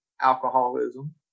alcoholism